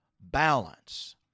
balance